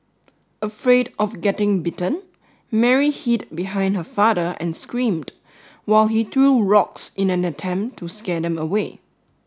afraid of getting bitten Mary hid behind her father and screamed while he threw rocks in an attempt to scare them away